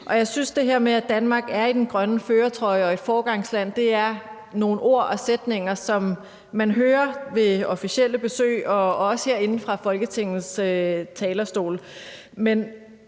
her med, at Danmark er i den grønne førertrøje og et foregangsland, er nogle ord og sætninger, som man hører ved officielle besøg og også herinde fra Folketingets talerstol.